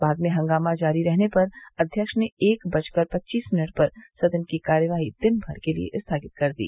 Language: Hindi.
बाद में हंगामा जारी रहने पर अध्यक्ष ने एक बजकर पच्चीस मिनट पर सदन की कार्यवाही दिनभर के लिये स्थगित कर दी